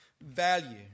value